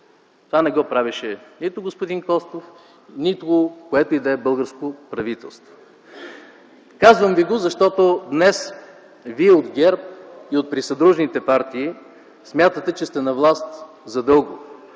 Това не го правеше нито господин Костов, нито което и да е българско правителство. Казвам Ви го, защото днес вие от ГЕРБ и от присъдружните партии смятате, че сте на власт за дълго,